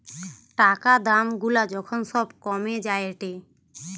টাকা দাম গুলা যখন সব কমে যায়েটে